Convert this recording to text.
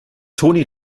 toni